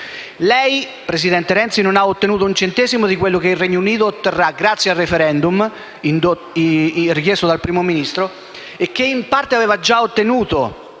Lei, presidente Renzi, non ha ottenuto un centesimo di quello che il Regno Unito otterrà grazie al *referendum* richiesto dal Primo ministro, e che in parte aveva già ottenuto